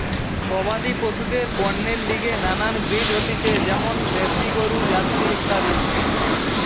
গবাদি পশুদের পণ্যের লিগে নানান ব্রিড হতিছে যেমন দ্যাশি গরু, জার্সি ইত্যাদি